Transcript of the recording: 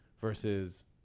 Versus